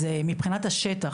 אז מבחינת השטח,